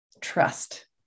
trust